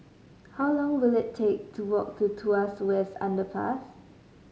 how long will it take to walk to Tuas West Underpass